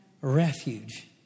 Refuge